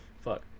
Fuck